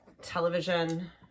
television